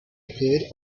appeared